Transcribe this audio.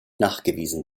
nachgewiesen